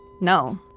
No